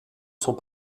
sont